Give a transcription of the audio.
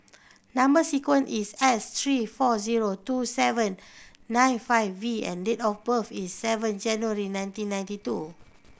number sequence is S three four zero two seven nine five V and date of birth is seven January nineteen ninety two